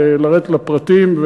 לרדת לפרטים,